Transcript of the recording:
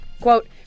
quote